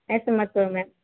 ऐसे मत करो मैम